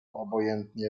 obojętnie